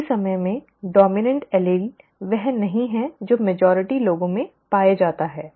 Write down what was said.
उसी समय में डॉमिनन्ट् एलील वह नहीं है जो बहुमत लोगों मैं पाया जाता है ठीक है